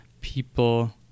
people